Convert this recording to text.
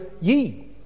ye